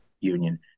union